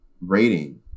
rating